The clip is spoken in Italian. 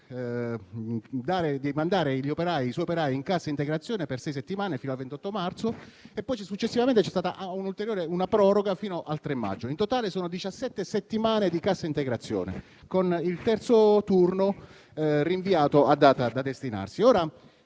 di mandare i suoi operai in cassa integrazione per sei settimane, fino al 28 marzo, e successivamente c'è stata un'ulteriore proroga fino al 3 maggio. In totale, sono diciassette settimane di cassa integrazione, con il terzo turno rinviato a data da destinarsi.